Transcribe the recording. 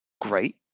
Great